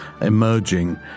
emerging